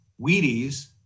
Wheaties